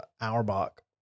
Auerbach